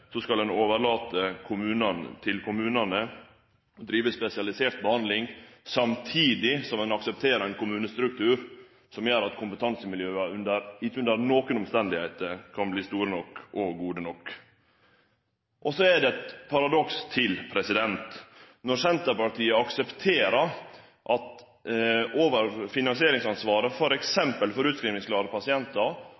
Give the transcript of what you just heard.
så skal ein overlate til kommunane å drive spesialisert behandling – samtidig som ein aksepterer ein kommunestruktur som gjer at kompetansemiljøa ikkje under nokon omstende kan verte store nok og gode nok. Så er det eit paradoks til. Senterpartiet aksepterer at finansieringsansvaret f.eks. for